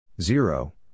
zero